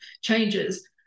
changes